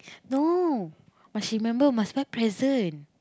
no must remember must buy present